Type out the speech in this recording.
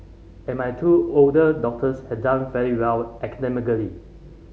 and my two older doctors had done fairly well academically